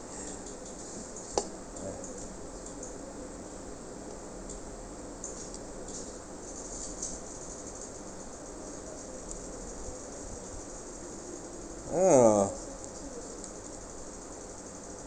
mm